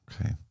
Okay